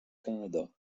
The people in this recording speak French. canada